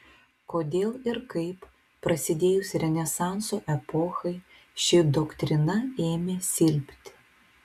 kodėl ir kaip prasidėjus renesanso epochai ši doktrina ėmė silpti